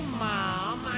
mom